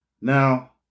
Now